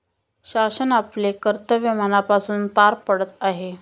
शासन आपले कर्तव्य मनापासून पार पाडत आहे